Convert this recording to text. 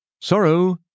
Sorrow